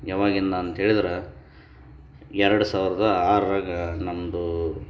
ಯಾವಾಗಿಂದ ಅಂತ ಹೇಳ್ದ್ರೆ ಎರಡು ಸಾವಿರದ ಆರರಾಗೆ ನಮ್ದು